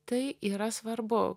tai yra svarbu